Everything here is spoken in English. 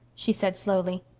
she said slowly.